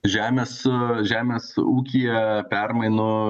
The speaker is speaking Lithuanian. žemės e žemės ūkyje permainų